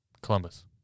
Columbus